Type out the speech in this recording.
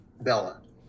Bella